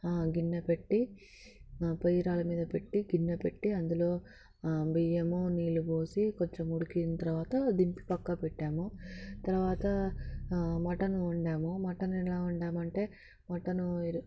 గిన్నె పెట్టి పొయ్యి రాళ్ళ మీద పెట్టి గిన్నెపెట్టి అందులో బియ్యము నీళ్ళు పోసి కొంచెం ఉడికిన తర్వాత దింపి పక్కకు పెట్టాము తర్వాత మటన్ వండాము మటన్ ఎలా వండాము అంటే మటన్